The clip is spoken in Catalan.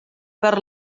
per